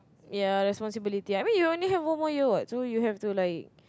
ya responsibility I mean you only have one more year what so you have to like